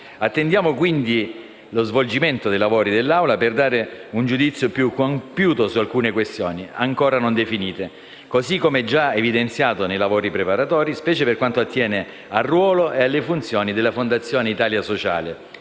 Attendiamo, quindi, lo svolgimento dei lavori dell'Assemblea per dare un giudizio più compiuto su alcune questioni ancora non definite, così come già evidenziato nei lavori preparatori, specie per quanto attiene al ruolo e alle funzioni della Fondazione Italia sociale,